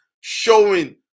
showing